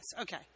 Okay